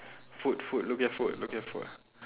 food food look at food look at food